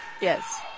Yes